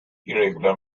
irregular